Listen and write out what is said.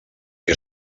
que